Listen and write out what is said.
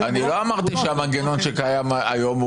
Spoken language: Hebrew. לא אמרתי שהמנגנון שקיים היום הוא מושלם.